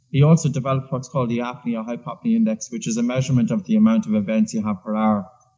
he also developed what's called the apnea hypopnea index, which is a measurement of the amount of events you have per hour.